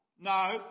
No